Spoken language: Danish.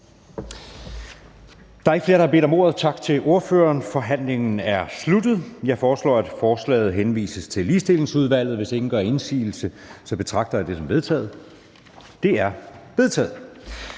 Der er ikke flere, der har bedt om ordet. Forhandlingen er sluttet. Jeg foreslår, at forslaget til folketingsbeslutning henvises til Ligestillingsudvalget. Hvis ingen gør indsigelse, betragter jeg det som vedtaget. Det er vedtaget.